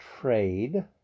trade